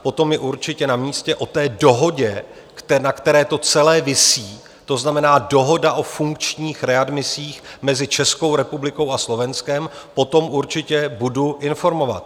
Potom je určitě namístě od té dohodě, na které to celé visí, to znamená dohoda o funkčních readmisích mezi Českou republikou a Slovenskem, potom určitě budu informovat.